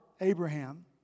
Abraham